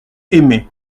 aimé